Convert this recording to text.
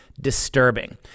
Disturbing